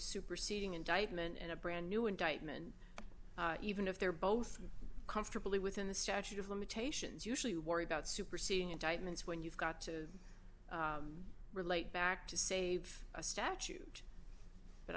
indictment and a brand new indictment even if they're both comfortably within the statute of limitations usually worry about superseding indictments when you've got to relate back to save a statute but i